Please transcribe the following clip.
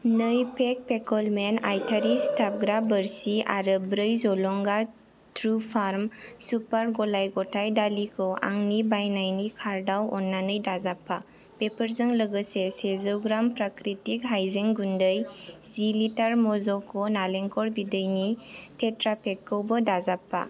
नै पेक पेकोलमेन आयतारि सिथाबग्रा बोरसि आरो ब्रै जलंगा त्रुफार्म सुपार गलाय गथाय दालिखौ आंनि बायनायनि कार्टाव अननानै दाजाबफा बेफोरजों लोगोसे सेजौ ग्राम प्राकृतिक हायजें गुन्दै जि लिटार मज'क' नारेंखल बिदैनि टेट्रापेकखौबो दाजाबफा